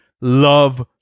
love